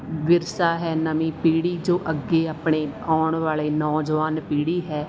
ਵਿਰਸਾ ਹੈ ਨਵੀਂ ਪੀੜ੍ਹੀ ਜੋ ਅੱਗੇ ਆਪਣੇ ਆਉਣ ਵਾਲੇ ਨੌਜਵਾਨ ਪੀੜ੍ਹੀ ਹੈ